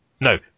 No